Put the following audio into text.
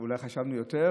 אולי חשבנו על יותר,